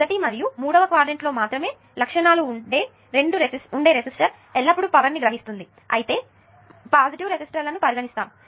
మొదటి మరియు మూడవ క్వాడ్రంట్ లో మాత్రమే లక్షణాలు ఉండే రెసిస్టర్ ఎల్లప్పుడూ పవర్ ని గ్రహిస్తుంది అయితే మనము పాజిటివ్ రెసిస్టర్లను పరిగణిస్తాము